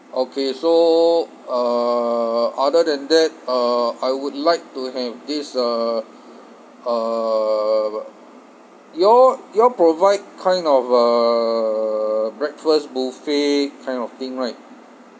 okay so uh other than that uh I would like to have this uh uh you all you all provide kind of a breakfast buffet kind of thing right